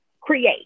create